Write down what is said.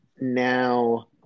now